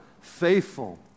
faithful